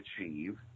achieve